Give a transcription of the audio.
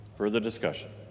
further discussion?